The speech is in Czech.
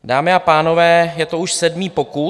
Dámy a pánové, je to už sedmý pokus.